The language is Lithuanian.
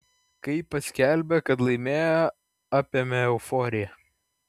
kai paskelbė kad laimėjo apėmė euforija